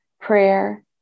Prayer